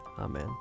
Amen